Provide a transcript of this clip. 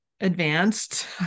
advanced